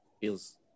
feels